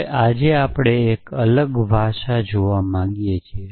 હવે આજે આપણે એક અલગ ભાષા જોવા માંગીએ છીએ